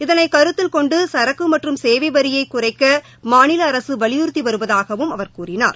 இதனை கருத்தில் கொண்டு சரக்கு மற்றும் சேவை வரியை குறைக்க மாநில அரசு வலியுறுத்தி வருவதாகவும் அவர் கூறினார்